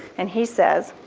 and he says,